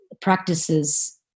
practices